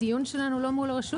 הדיון שלנו לא מול הרשות.